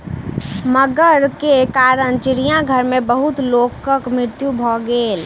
मगर के कारण चिड़ियाघर में बहुत लोकक मृत्यु भ गेल